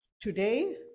today